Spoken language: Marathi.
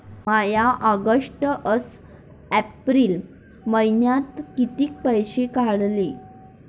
म्या ऑगस्ट अस एप्रिल मइन्यात कितीक पैसे काढले?